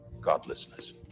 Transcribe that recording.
Godlessness